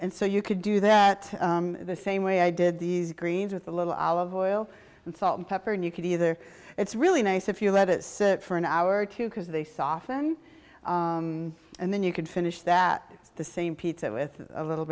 and so you could do that the same way i did these greens with a little olive oil and salt and pepper and you could either it's really nice if you let it sit for an hour or two because they soften and then you can finish that the same pizza with a little